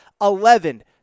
Eleven